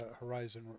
Horizon